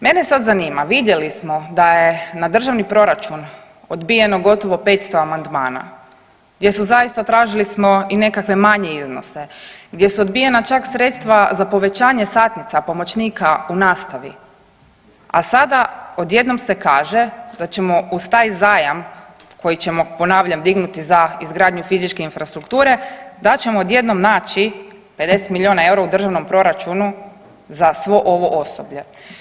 Mene sad zanima vidjeli smo da je na državni proračun odbijeno gotovo 500 amandmana, gdje su zaista tražili smo i nekakve manje iznose, gdje su obijena čak sredstva za povećanje satnica pomoćnika u nastavi, a sada odjednom se kaže da ćemo uz taj zajam koji ćemo ponavljam dignuti za izgradnju fizičke infrastrukture da ćemo odjednom naći 50 milijuna eura u državnom proračunu za svo ovo osoblje.